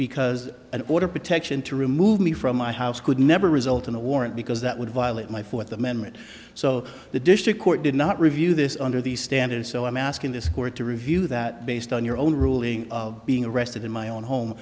because an order protection to remove me from my house could never result in a warrant because that would violate my fourth amendment so the district court did not review this under the standard so i'm asking this court to review that based on your own ruling of being arrested in my own home